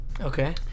okay